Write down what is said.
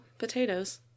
potatoes